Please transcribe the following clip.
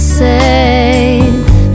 safe